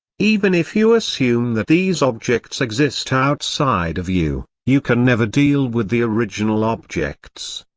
even if you assume that these objects exist outside of you, you can never deal with the original objects.